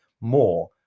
more